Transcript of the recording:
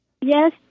Yes